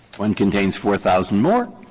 one contains four thousand more,